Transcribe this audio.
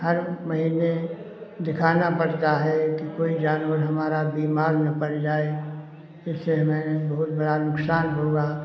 हर महीने दिखाना पड़ता है कि कोई जानवर हमारा बीमार न पड़ जाए इससे हमें बहुत बड़ा नुकसान होगा